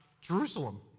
Jerusalem